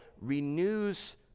renews